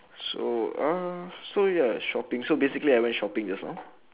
so uh so ya shopping so basically I went shopping just now